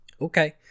Okay